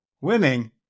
Winning